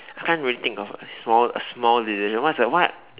I can't really think of a small a small decision what's the what